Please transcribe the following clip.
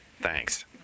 Thanks